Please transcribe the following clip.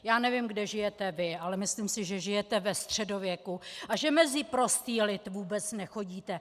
Já nevím, kde žijete vy, ale myslím si, že žijete ve středověku a že mezi prostý lid vůbec nechodíte.